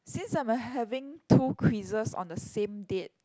since I'm a having two quizzes on the same date